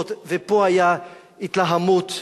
ופה היתה התלהמות,